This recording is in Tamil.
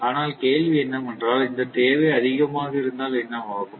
ஆனால் கேள்வி என்னவென்றால் இந்த தேவை அதிகமாக இருந்தால் என்ன ஆகும்